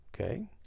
Okay